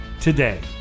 today